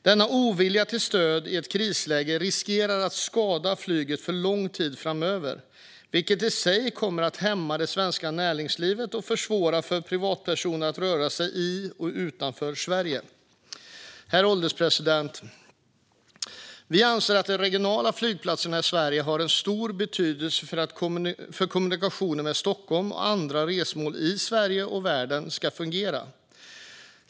Denna ovilja till stöd i ett krisläge riskerar att skada flyget för lång tid framöver, vilket i sig kommer att hämma det svenska näringslivet och försvåra för privatpersoner att röra sig i och utanför Sverige. Herr ålderspresident! Vi anser att de regionala flygplatserna i Sverige har en stor betydelse för att kommunikationerna i Stockholm och andra resmål i Sverige och världen ska fungera.